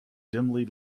dimly